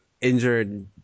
injured